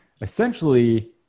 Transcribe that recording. essentially